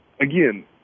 again